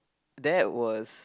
that was